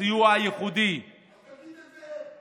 הסיוע הייחודי, אוה, אז תגיד את זה.